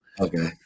Okay